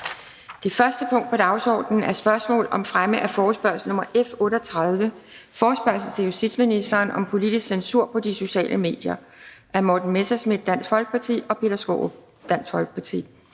Det første punkt på dagsordenen er: 1) Spørgsmål om fremme af forespørgsel nr. F 38: Forespørgsel til justitsministeren om politisk censur på de sociale medier. Af Morten Messerschmidt (DF) og Peter Skaarup